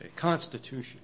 constitution